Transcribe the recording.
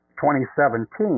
2017